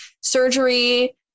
surgery